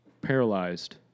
paralyzed